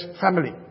family